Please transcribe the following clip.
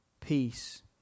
peace